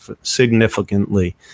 significantly